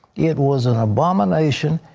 it was an abomination.